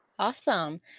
Awesome